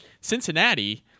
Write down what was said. Cincinnati